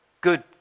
good